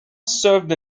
served